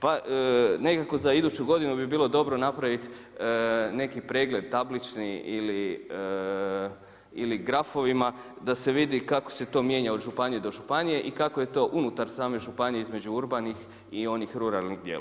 Pa nekako za iduću godinu bi bilo dobro napraviti neki pregled tablični ili grafovima da se vidi kako se to mijenja od županije do županije i kako je to unutar same županije između urbanih i onih ruralnih dijelova.